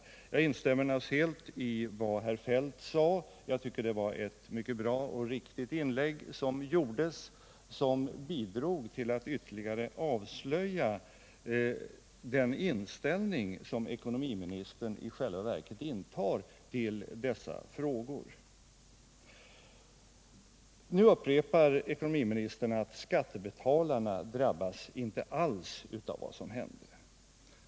Jag instämmer naturligtvis helt i vad herr Feldt sade. Jag tycker det var ett mycket bra och riktigt inlägg, som bidrog till att ytterligare avslöja den inställning som ekonomiministern i själva verket intar till dessa frågor. Nu upprepar ekonomiministern att skattebetalarna inte alls drabbades av vad som hände.